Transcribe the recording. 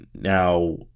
Now